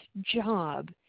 job